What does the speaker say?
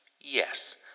Yes